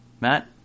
Matt